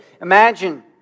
imagine